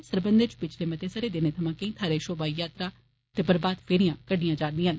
इत सरबंधै च पिछले मते दिनें थमां कोईं थाहरें शोमा यात्रा ते प्रभात फेरियां कड्डियां जा रदियां न